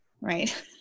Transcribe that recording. right